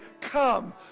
come